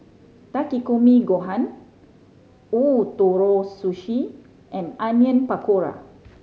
Takikomi Gohan Ootoro Sushi and Onion Pakora